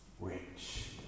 rich